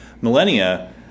millennia